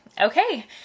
Okay